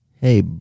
Hey